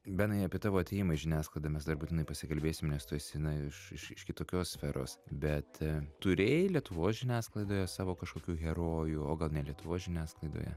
benai apie tavo atėjimą į žiniasklaidą mes dar būtinai pasikalbėsim nes tu esi na iš iš iš kitokios sferos bet turėjai lietuvos žiniasklaidoje savo kažkokių herojų o gal ne lietuvos žiniasklaidoje